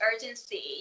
urgency